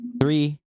Three